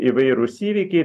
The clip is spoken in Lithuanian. įvairūs įvykiai